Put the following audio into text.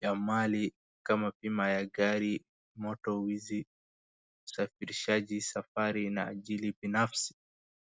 ya mali, kama bima ya gari, moto, wizi, usafirishaji, safari na akili binafsi.